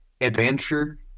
adventure